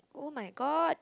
oh-my-god